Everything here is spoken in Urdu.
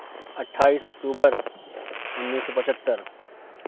اٹھائس اکتوبر اُنیس سو پچہتر